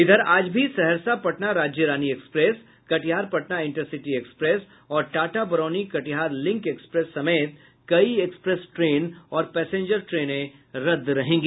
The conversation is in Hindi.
इधर आज भी Saharsa Patna Rajya Rani express Katihar Patna intercity express और टाटा बरौनी कटिहार लिंक एक्सप्रेस समेत कई एक्सप्रेस ट्रेन और पैसेंजर ट्रेनें रद्द रहेंगी